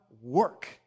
work